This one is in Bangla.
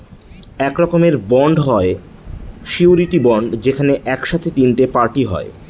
এক রকমের বন্ড হয় সিওরীটি বন্ড যেখানে এক সাথে তিনটে পার্টি হয়